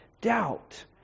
doubt